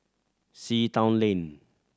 Sea Town Lane